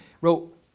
wrote